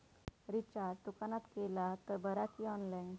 Recharge दुकानात केला तर बरा की ऑनलाइन?